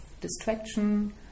distraction